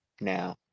Now